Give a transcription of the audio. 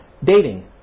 Dating